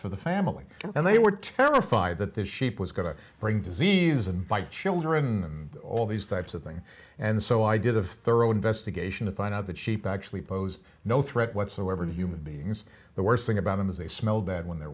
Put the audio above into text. for the family and they were terrified that this sheep was going to bring disease and bite children all these types of thing and so i did have thorough investigation to find out that sheep actually pose no threat whatsoever to human beings the worst thing about them is they smell bad when they're